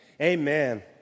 Amen